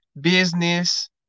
business